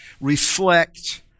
reflect